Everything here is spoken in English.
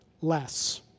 less